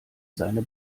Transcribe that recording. seine